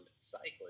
cycling